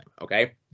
Okay